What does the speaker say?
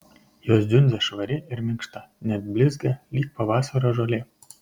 jos dziundzė švari ir minkšta net blizga lyg pavasario žolė